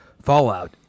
Fallout